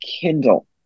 Kindle